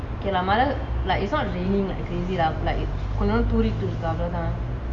okay lah மழை:mazha like it's not raining like crazy lah but கொஞ்சூண்டு துரோடு இருக்கு அவ்ளோ தான்:konjuntu thuritu iruku avlo thaan